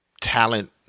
talent